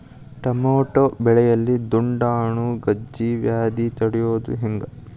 Tomato ಬೆಳೆಯಲ್ಲಿ ದುಂಡಾಣು ಗಜ್ಗಿ ವ್ಯಾಧಿ ತಡಿಯೊದ ಹೆಂಗ್?